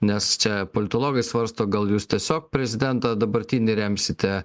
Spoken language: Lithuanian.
nes čia politologai svarsto gal jūs tiesiog prezidentą dabartinį remsite